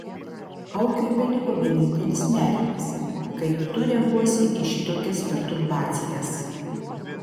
augiui beliko vienintelis nerimas kaip tu reaguosi į šitokias perturbacijas